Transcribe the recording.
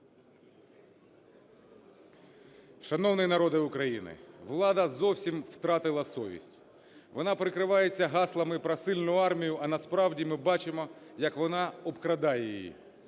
Шановний народе України! Влада зовсім втратила совість: вона прикривається гаслами про сильну армію, а насправді ми бачимо, як вона обкрадає її.